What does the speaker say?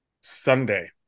sunday